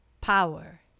power